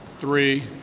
three